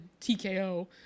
tko